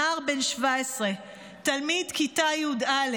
נער בן 17, תלמיד כיתה י"א